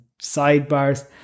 sidebars